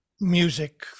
music